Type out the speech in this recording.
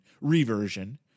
reversion